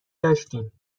داشتیم